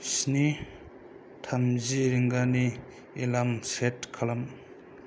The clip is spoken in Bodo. स्नि थामजि रिंगानि एलार्म सेट खालाम